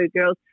Girls